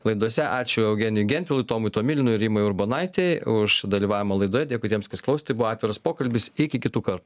laidose ačiū eugenijui gentvilui tomui tomilinui ir rimai urbonaitei už dalyvavimą laidoje dėkui tiems kas klausė tai buvo atviras pokalbis iki kitų kartų